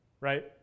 right